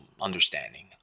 understanding